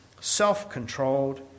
self-controlled